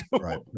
Right